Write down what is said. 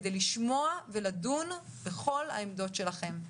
כדי לשמוע ולדון בכל העמדות שלכם.